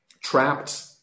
Trapped